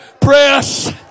Press